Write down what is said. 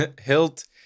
Hilt